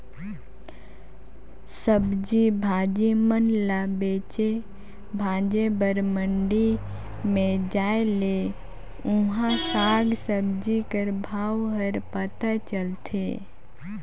सब्जी भाजी मन ल बेचे भांजे बर मंडी में जाए ले उहां साग भाजी कर भाव हर पता चलथे